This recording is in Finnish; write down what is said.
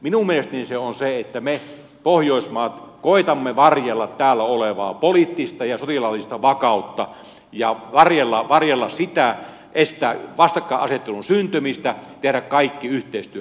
minun mielestäni se on se että me pohjoismaat koetamme varjella täällä olevaa poliittista ja sotilaallista vakautta ja varjella sitä estää vastakkainasettelun syntymistä tehdä kaikki yhteistyön puolesta